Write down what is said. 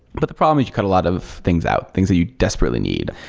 but the problem is you got a lot of things out, things that you desperately need.